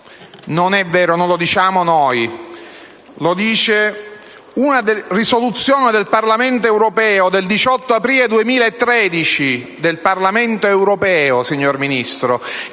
non è vero e non lo diciamo noi. Lo dice una risoluzione del Parlamento europeo del 18 aprile 2013 - del